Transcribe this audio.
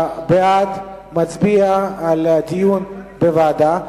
בעד, מצביע על דיון בוועדה.